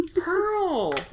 Pearl